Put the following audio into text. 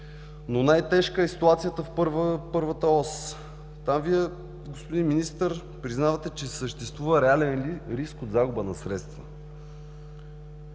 но най-тежка е ситуацията в първата ос. Там Вие, господин Министър, признавате, че съществува реален риск от загуба на средства.